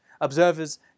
Observers